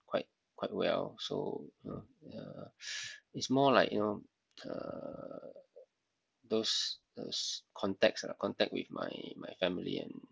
quite quite well so you know yeah it's more like you know uh those those contacts ah contact with my my family and